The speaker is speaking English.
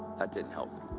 that didn't help.